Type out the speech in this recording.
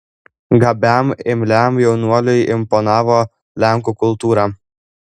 gabiam imliam jaunuoliui imponavo lenkų kultūra